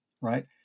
right